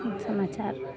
हम समाचार